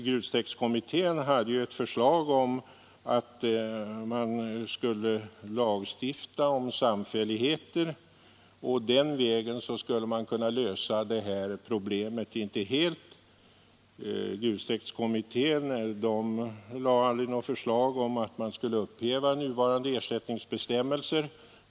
Grustäktskommittén hade ju ett förslag om att man skulle lagstifta om samfälligheter, och den vägen skulle man kunna lösa det här problemet, visserligen inte helt. Grustäktskommittén framlade aldrig något förslag om att man skulle upphäva nuvarande ersättningsbestämmelser.